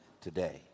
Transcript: today